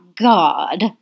God